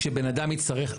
כשבן אדם יצטרך,